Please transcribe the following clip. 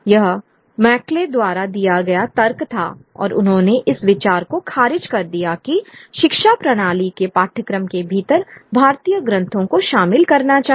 यह मैकॉले द्वारा दिया गया तर्क था और उन्होंने इस विचार को खारिज कर दिया कि शिक्षा प्रणाली के पाठ्यक्रम के भीतर भारतीय ग्रंथों को शामिल करना चाहिए